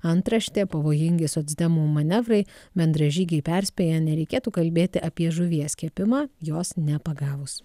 antraštė pavojingi socdemų manevrai bendražygiai perspėja nereikėtų kalbėti apie žuvies kepimą jos nepagavus